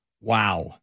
Wow